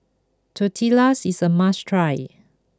Tortillas is a must try